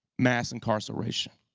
mass incarceration.